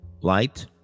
light